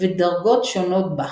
ודרגות שונות בה.